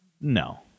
No